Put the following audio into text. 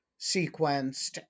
sequenced